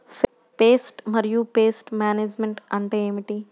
Pest మరియు pest management అంటే ఏమిటి?